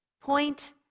point